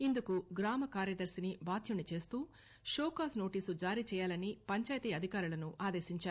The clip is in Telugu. ఇందుకు గ్రామ కార్యదర్శిని బాధ్యన్ని చేస్తూ షోకాజ్ నోటీసు జారీ చేయాలని పంచాయతీ అధికారులను ఆదేశించారు